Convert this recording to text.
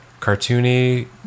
cartoony